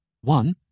One